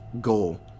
goal